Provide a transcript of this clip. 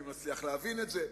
מי מצליח להבין את זה,